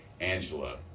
Angela